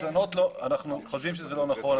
אנחנו חושבים שזה לא נכון,